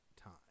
Time